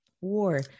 war